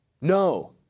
no